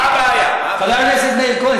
מבחינת שר האוצר הכול היה בסדר.